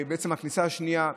הכניסה השנייה,